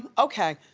um okay.